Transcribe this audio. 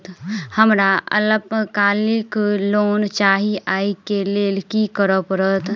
हमरा अल्पकालिक लोन चाहि अई केँ लेल की करऽ पड़त?